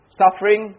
suffering